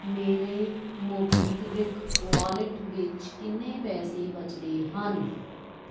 ਮੇਰੇ MobiKwik wallet ਵਿੱਚ ਕਿੰਨੇ ਪੈਸੇ ਬਚਦੇ ਹਨ